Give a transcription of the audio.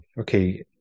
Okay